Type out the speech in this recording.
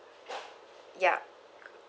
ya